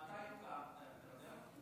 מתי זה הוקם, אתה יודע?